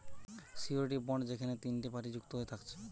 surety bond যেখেনে তিনটে party যুক্ত হয়ে থাকছে